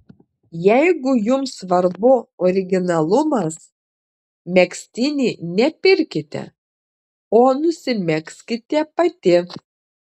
jeigu jums svarbu originalumas megztinį ne pirkite o nusimegzkite pati